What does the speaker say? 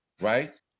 right